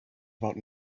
about